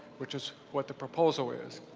which is what the proposal is.